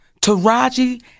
Taraji